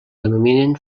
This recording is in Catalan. denominen